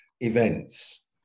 events